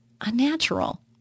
unnatural